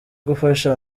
gufasha